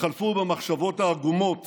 התחלפו במחשבות העגומות